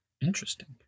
Interesting